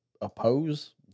oppose